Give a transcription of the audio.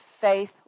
faith